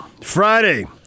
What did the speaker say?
Friday